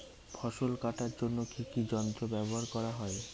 ফসল কাটার জন্য কি কি যন্ত্র ব্যাবহার করা হয়?